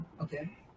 okay